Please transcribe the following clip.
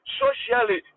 socially